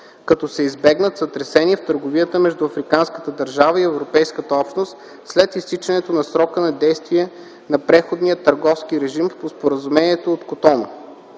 като се избегнат сътресения в търговията между африканската държава и Европейската общност след изтичането на срока на действие на преходния търговски режим по Споразумението от Котону.